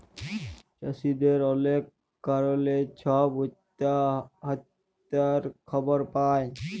চাষীদের অলেক কারলে ছব আত্যহত্যার খবর পায়